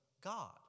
God